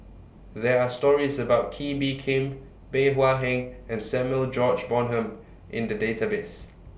There Are stories about Kee Bee Khim Bey Hua Heng and Samuel George Bonham in The Database